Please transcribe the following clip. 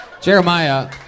Jeremiah